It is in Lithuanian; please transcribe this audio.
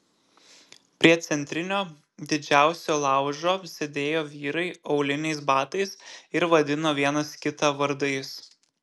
prie centrinio didžiausio laužo sėdėjo vyrai auliniais batais ir vadino vienas kitą vardais